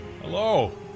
hello